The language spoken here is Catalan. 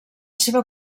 seva